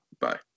Bye